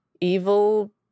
evil